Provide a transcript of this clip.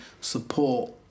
support